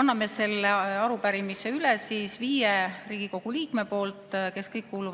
Anname selle arupärimise üle viie Riigikogu liikme nimel, kes kõik kuuluvad